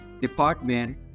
department